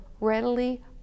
readily